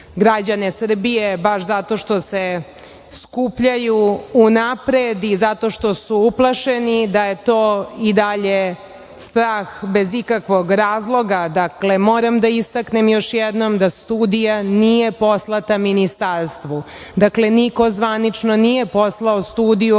građane Srbije, baš zato što se skupljaju unapred i zato što su uplašeni, da je to i dalje strah bez ikakvog razlog. Dakle, moram da istaknem još jednom da studija nije poslata Ministarstvu. Dakle, niko zvanično nije poslao studiju